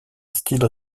style